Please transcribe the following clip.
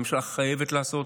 הממשלה חייבת לעשות,